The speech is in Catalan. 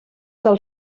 del